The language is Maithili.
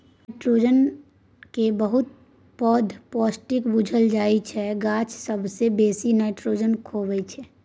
नाइट्रोजन केँ बहुत पैघ पौष्टिक बुझल जाइ छै गाछ सबसँ बेसी नाइट्रोजन सोखय छै